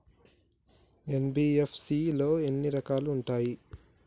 NBFC లో ఎన్ని రకాలు ఉంటాయి?